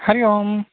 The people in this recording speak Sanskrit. हरिः ओम्